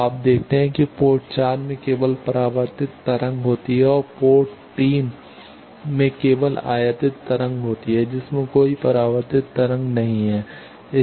अब आप देखते हैं कि पोर्ट 4 में केवल परावर्तित तरंग होती है और पोर्ट 3 में केवल आयातित तरंग होती है जिसमें कोई परावर्तित तरंग नहीं होती है